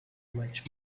much